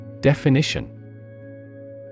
Definition